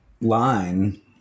line